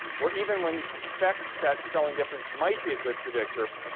or even when you suspect that spelling difference might be a good predictor,